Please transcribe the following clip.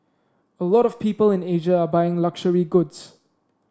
a lot of people in Asia are buying luxury goods